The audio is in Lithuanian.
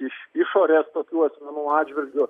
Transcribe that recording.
iš išorės tokių asmenų atžvilgiu